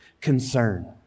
concern